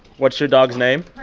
what's your dog's name?